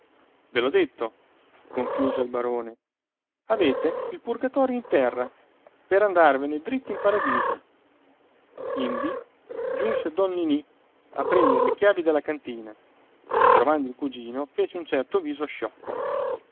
ve l'ho detto conchiuse il barone avete il purgatorio in terra per andarvene diritto in paradiso indi giunse don ninì a prendere le chiavi della cantina trovando il cugino fece un certo viso sciocco